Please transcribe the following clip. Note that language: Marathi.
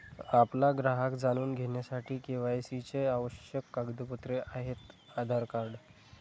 आपला ग्राहक जाणून घेण्यासाठी के.वाय.सी चे आवश्यक कागदपत्रे आहेत आधार कार्ड